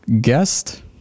guest